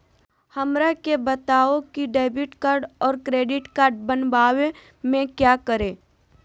हमरा के बताओ की डेबिट कार्ड और क्रेडिट कार्ड बनवाने में क्या करें?